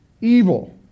evil